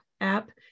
app